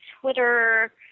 Twitter